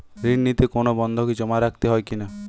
ঋণ নিতে কোনো বন্ধকি জমা রাখতে হয় কিনা?